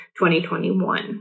2021